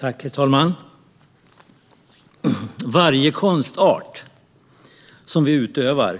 Herr talman! Varje konstart som vi utövar